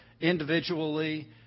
individually